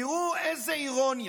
תראו איזה אירוניה,